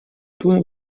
due